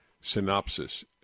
synopsis